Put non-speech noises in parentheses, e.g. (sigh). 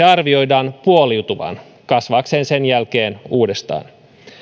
(unintelligible) arvioidaan puoliutuvan kasvaakseen sen jälkeen uudestaan